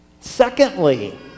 Secondly